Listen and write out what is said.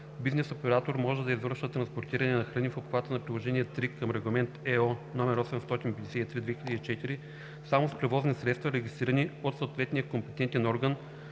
Бизнес оператор може да извършва транспортиране на храни в обхвата на Приложение III към Регламент (ЕО) № 853/2004 само с превозни средства, регистрирани от съответния компетентен орган,